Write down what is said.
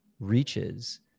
reaches